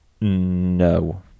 No